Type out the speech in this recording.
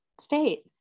state